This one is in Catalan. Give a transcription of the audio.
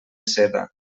seda